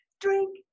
Drink